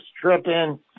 tripping